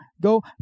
go